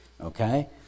okay